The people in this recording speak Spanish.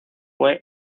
fue